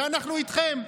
ואנחנו איתכם.